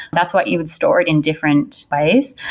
that's why you would store it in different ways.